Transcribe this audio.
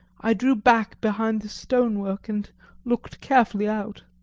i drew back behind the stonework, and looked carefully out.